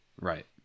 Right